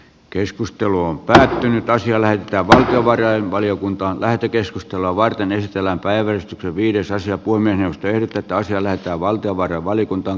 keskustelu on päättynyt tai siellä ja valtiovarainvaliokuntaan lähetekeskustelua varten puhemiesneuvosto ehdottaa että asia kuin minä teen tätä asiaa lähetetään valtiovarainvaliokuntaan